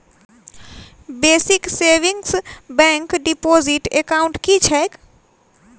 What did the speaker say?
Basic savings bank deposit account की छैक?